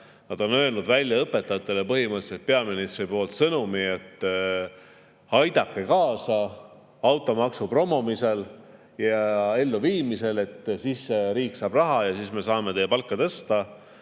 on öelnud välja õpetajatele põhimõtteliselt sõnumi, et aidake kaasa automaksu promomisel ja elluviimisel, siis riik saab raha ja siis me saame teie palka tõsta.